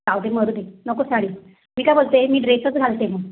जाऊ दे मरू दे नको साडी मी काय बोलते मी ड्रेसच घालते मग